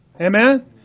Amen